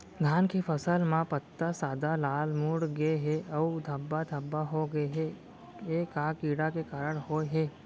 धान के फसल म पत्ता सादा, लाल, मुड़ गे हे अऊ धब्बा धब्बा होगे हे, ए का कीड़ा के कारण होय हे?